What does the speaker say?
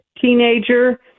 teenager